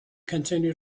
continued